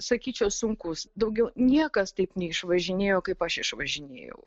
sakyčiau sunkus daugiau niekas taip neišvažinėjo kaip aš išvažinėjau